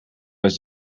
was